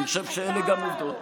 אני חושב שאלה גם עובדות.